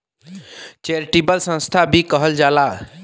charitable संस्था भी कहल जाला